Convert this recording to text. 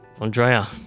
Andrea